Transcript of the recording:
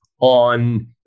on